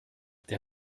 der